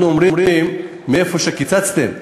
אנחנו אומרים: במקום שקיצצתם,